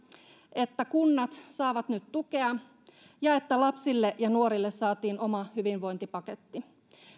että kunnat saavat nyt tukea ja että lapsille ja nuorille saatiin oma hyvinvointipaketti